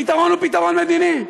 הפתרון הוא פתרון מדיני.